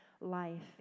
life